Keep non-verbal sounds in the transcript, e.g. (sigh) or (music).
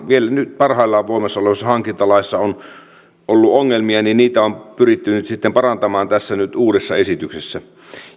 (unintelligible) vielä nyt parhaillaan voimassa olevassa hankintalaissa ovat olleet ongelmia on pyritty nyt sitten parantamaan tässä uudessa esityksessä